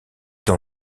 dans